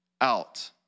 out